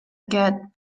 get